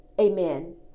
amen